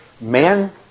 Man